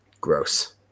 Gross